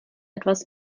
etwas